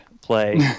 play